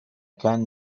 can